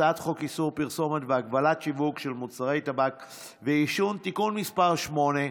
הצעת חוק איסור פרסומת והגבלת השיווק של מוצרי טבק ועישון (תיקון מס' 8)